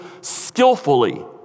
skillfully